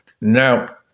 Now